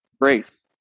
grace